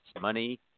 money